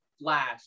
Flash